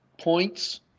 points